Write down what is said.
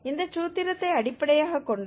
இந்த சூத்திரத்தை அடிப்படையாகக் கொண்டது